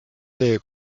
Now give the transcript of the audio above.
see